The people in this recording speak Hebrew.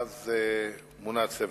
ואז מונה הצוות.